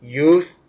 youth